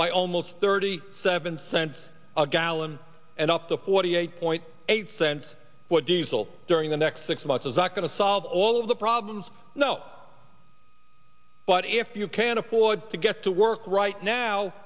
by almost thirty seven cents a gallon and up to forty eight point eight cents for diesel during the next six months is not going to solve all of the problems you know but if you can afford to get to work right now